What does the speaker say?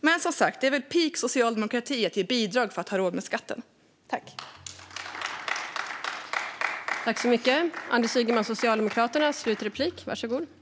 Men det är väl peak socialdemokrati att ge bidrag för att människor ska ha råd med skatten.